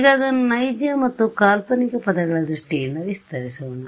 ಈಗ ಅದನ್ನು ನೈಜಮತ್ತು ಕಾಲ್ಪನಿಕಪದಗಳ ದೃಷ್ಟಿಯಿಂದ ವಿಸ್ತರಿಸೋಣ